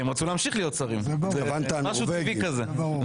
כי הם רצו להמשיך להיות שרים, משהו טבעי כזה.